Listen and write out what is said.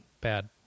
Bad